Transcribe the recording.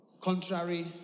contrary